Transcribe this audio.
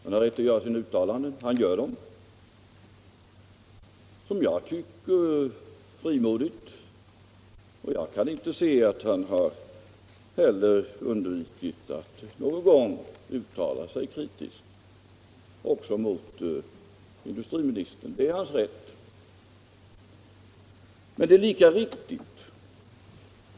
Han har rätt att göra sina uttalanden, och han gör dem — som jag tycker —- frimodigt. Jag kan inte se att han heller har undvikit att, någon gång, uttala sig kritiskt också mot industriministern, och det är hans rätt.